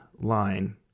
line